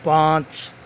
پانچ